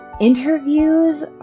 interviews